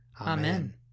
Amen